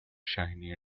shiny